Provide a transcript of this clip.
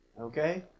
okay